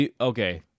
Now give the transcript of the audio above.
Okay